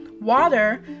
Water